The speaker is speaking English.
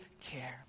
care